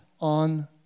on